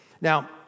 Now